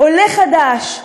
עולה חדש,